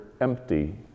empty